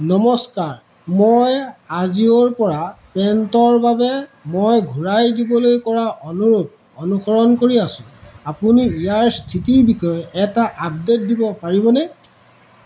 নমস্কাৰ মই আজিঅ'ৰপৰা পেণ্টৰ বাবে মই ঘূৰাই দিবলৈ কৰা অনুৰোধ অনুসৰণ কৰি আছোঁ আপুনি ইয়াৰ স্থিতিৰ বিষয়ে এটা আপডে'ট দিব পাৰিবনে